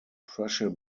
prussian